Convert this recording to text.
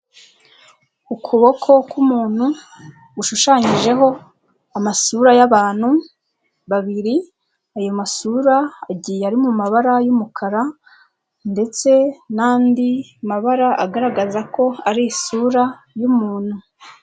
Ukuboko k'umuntu gushushanyijeho amasura y'abantu babiri, ayo masura agiye ari mu mumabara y'umukara, ndetse n'andi mabara agaragaza ko ari isura y'umuntu.